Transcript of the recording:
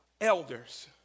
Elders